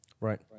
right